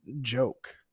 joke